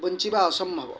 ବଞ୍ଚିବା ଅସମ୍ଭବ